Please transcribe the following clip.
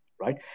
right